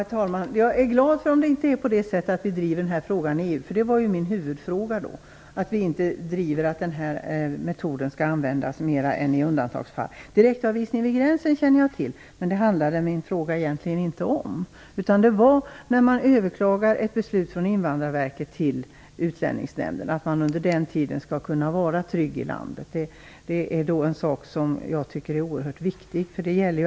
Herr talman! Jag är glad om det är så att vi inte driver den här frågan i EU. Min huvudfråga var ju en undran om vi driver att den här metoden skall användas mer än i undantagsfall - jag anser att så inte bör vara fallet. Direktavvisningar vid gränsen känner jag till, men det handlar min fråga egentligen inte om. Vad jag sade i min fråga var att man skall kunna vara trygg i landet under tiden från det man överklagar ett beslut från Invandrarverket till Utlänningsnämnden tills det man får besked. Jag tycker att detta är oerhört viktigt.